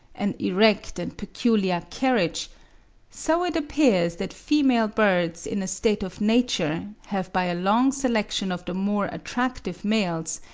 an erect and peculiar carriage so it appears that female birds in a state of nature, have by a long selection of the more attractive males,